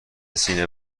سینه